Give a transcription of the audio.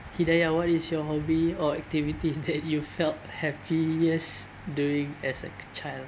hidaya what is your hobby or activities that you felt happiest doing as a child